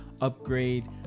upgrade